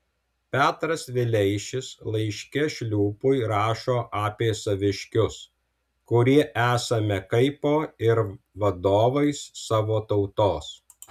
petras vileišis laiške šliūpui rašo apie saviškius kurie esame kaipo ir vadovais savo tautos